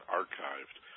archived